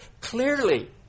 clearly